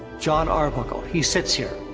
jon arbuckle, he sits here,